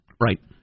Right